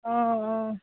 অঁ অঁ